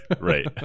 Right